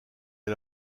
est